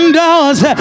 doors